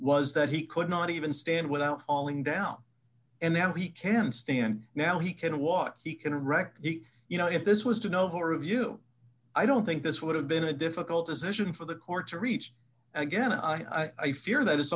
was that he could not even stand without falling down and now he can stand now he can walk he can wreck it you know if this was an overview i don't think this would have been a difficult position for the court to reach again and i fear that it's